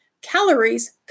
Calories